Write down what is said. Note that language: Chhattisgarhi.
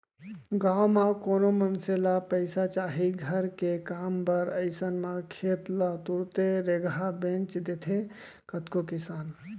गाँव म कोनो मनसे ल पइसा चाही घर के काम बर अइसन म खेत ल तुरते रेगहा बेंच देथे कतको किसान